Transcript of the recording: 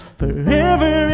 forever